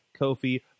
Kofi